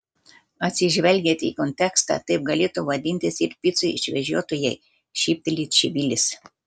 atsižvelgiant į kontekstą taip galėtų vadintis ir picų išvežiotojai šypteli čivilis